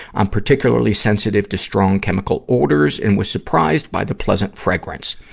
i'm particularly sensitive to strong chemical odors, and was surprised by the pleasant fragrance.